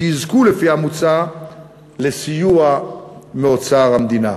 שיזכו לפי המוצע לסיוע מאוצר המדינה,